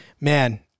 man